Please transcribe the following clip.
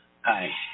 Hi